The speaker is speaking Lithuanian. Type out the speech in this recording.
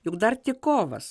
juk dar tik kovas